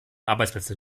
arbeitsplätze